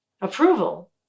approval